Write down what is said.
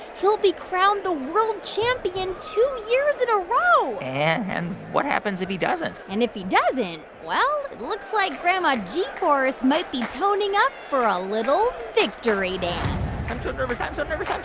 he'll be crowned the world champion two years in a row and what happens if he doesn't? and if he doesn't, well, looks like grandma g-force might be toning up for a little victory dance i'm so nervous. i'm so nervous.